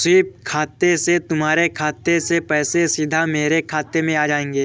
SVEEP खाते से तुम्हारे खाते से पैसे सीधा मेरे खाते में आ जाएंगे